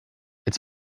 its